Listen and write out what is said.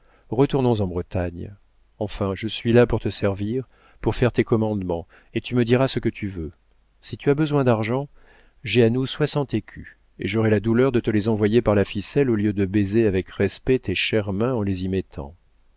retournons en bretagne enfin je suis là pour te servir pour faire tes commandements et tu me diras ce que tu veux si tu as besoin d'argent j'ai à nous soixante écus et j'aurai la douleur de te les envoyer par la ficelle au lieu de baiser avec respect tes chères mains en les y mettant